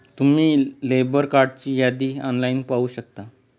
तुम्ही लेबर कार्डची यादी ऑनलाइन पाहू शकता